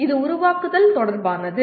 இது உருவாக்குதல் தொடர்பானது